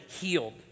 healed